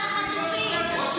לכיכרות, דברו עם האנשים ותשמעו.